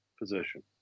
position